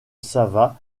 sava